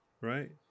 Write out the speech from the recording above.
Right